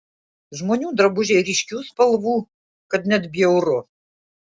žmonių drabužiai ryškių spalvų kad net bjauru